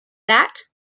that